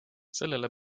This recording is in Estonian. sellele